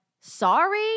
sorry